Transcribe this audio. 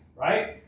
right